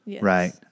Right